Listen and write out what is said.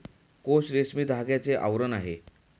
कोश रेशमी धाग्याचे आवरण आहे